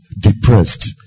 Depressed